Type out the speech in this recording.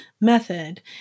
method